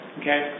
okay